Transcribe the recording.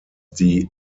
die